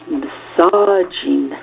massaging